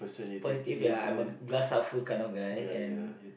positive ya I'm a glass half full kind of guy and